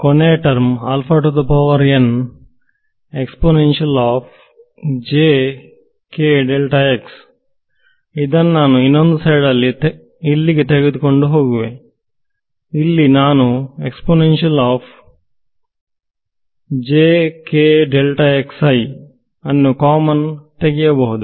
ಕೊನೆಯ ಟರ್ಮ್ ಇದನ್ನು ನಾನು ಇನ್ನೊಂದು ಸೈಡ್ ಇಲ್ಲಿಗೆ ತೆಗೆದುಕೊಂಡು ಹೋಗುವೆ ಇಲ್ಲಿ ನಾನು ಅನ್ನು ಕಾಮನ್ ತೆಗೆಯಬಹುದು